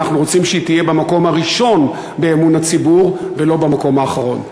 אבל אנחנו רוצים שהיא תהיה במקום הראשון באמון הציבור ולא במקום האחרון.